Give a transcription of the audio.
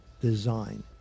design